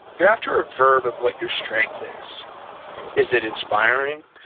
you're after a verb of what your strength is is it inspiring?